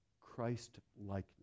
Christ-likeness